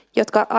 jotka